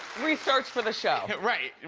research for the show. right, right.